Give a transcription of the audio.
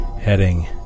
heading